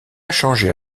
changeait